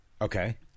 Okay